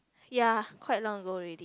ya quite long ago already